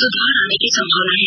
सुधार आने की संभावना है